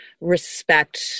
respect